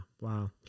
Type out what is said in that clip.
Wow